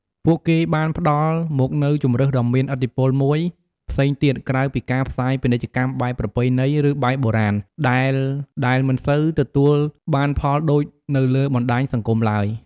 ពួកគេបានផ្ដល់មកនូវជម្រើសដ៏មានឥទ្ធិពលមួយផ្សេងទៀតក្រៅពីការផ្សាយពាណិជ្ជកម្មបែបប្រពៃណីឬបែបបុរាណដែលដែលមិនសូវទទួលបានផលដូចនៅលើបណ្ដាយសង្គមទ្បើយ។